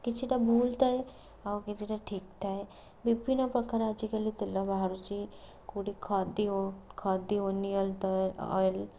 କିଛିଟା ଭୁଲ ଥାଏ ଆଉ କିଛିଟା ଠିକ୍ ଥାଏ ବିଭିନ୍ନ ପ୍ରକାର ଆଜିକାଲି ତେଲ ବାହାରୁଛି କେଉଁଠି ଖଦି ଓ ଖଦି ଓନିୟଲ ତୟ ଅଏଲ